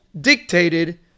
dictated